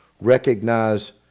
recognize